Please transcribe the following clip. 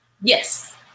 Yes